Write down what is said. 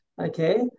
okay